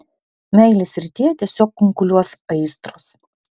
meilės srityje tiesiog kunkuliuos aistros